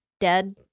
dead